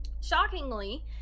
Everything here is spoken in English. Shockingly